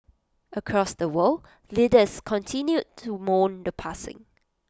across the world leaders continued to mourn the passing